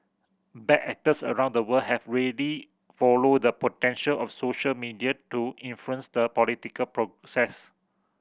bad actors around the world have really followed the potential of social media to influence the political process